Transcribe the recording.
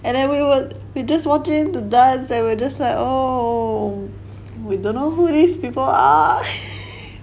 we just watching the dance and we're just like oh we dunno who these people are